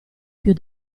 più